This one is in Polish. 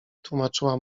tłumaczyła